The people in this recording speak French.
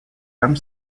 comme